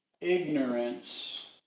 ignorance